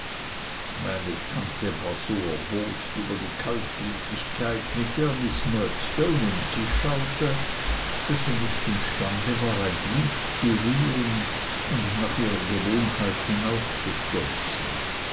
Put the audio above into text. meine tante war so erbost über die kaltblütigkeit mit der miß murdstone um sich schaute daß sie nicht imstande war ein glied zu rühren und nach ihrer gewohnheit